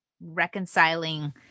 reconciling